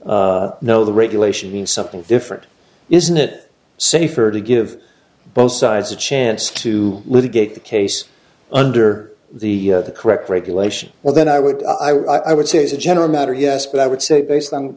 says no the regulation is something different isn't it safer to give both sides a chance to litigate the case under the correct regulation well then i would i would say as a general matter yes but i would say based on